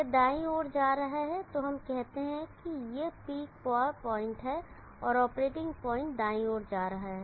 यह दाईं ओर जा रहा है तो हम कहते हैं कि यह पीक पावर पॉइंट है और ऑपरेटिंग पॉइंट दाईं ओर जा रहा है